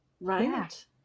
right